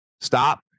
stop